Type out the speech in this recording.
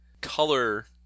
color